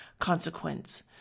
consequence